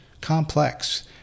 complex